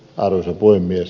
arvoisa puhemies